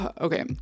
Okay